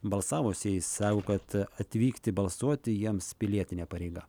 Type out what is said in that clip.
balsavusieji sako kad atvykti balsuoti jiems pilietinė pareiga